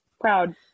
Proud